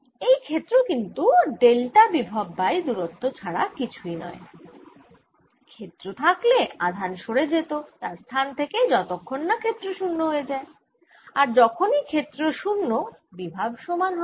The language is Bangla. এই ক্ষেত্র কিন্তু ডেল্টা বিভব বাই দুরত্ব ছাড়া কিছুই নয় ক্ষেত্র থাকলে আধান সরে যেত তার স্থান থেকে যতক্ষন না ক্ষেত্র শুন্য হয়ে যায় আর যখনই ক্ষেত্র শুন্য বিভব সমান হবে